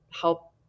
help